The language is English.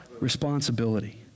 Responsibility